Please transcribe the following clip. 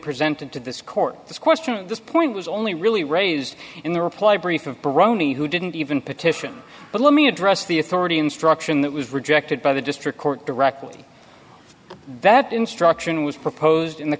presented to this court this question at this point was only really raised in the reply brief of peroni who didn't even petition but let me address the authority instruction that was rejected by the district court directly that instruction was proposed in the